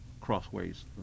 Crossways